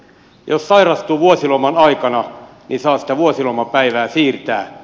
jos sairastuu vuosiloman aikana niin saa sitä vuosilomapäivää siirtää